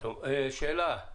שאלה.